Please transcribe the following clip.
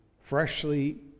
freshly